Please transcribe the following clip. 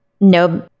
no